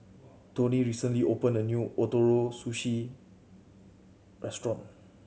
Toney recently opened a new Ootoro Sushi Restaurant